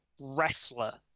wrestler